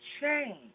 change